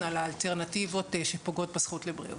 על האלטרנטיבות שפוגעות בזכות לבריאות.